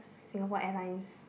Singapore Airlines